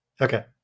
Okay